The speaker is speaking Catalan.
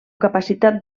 capacitat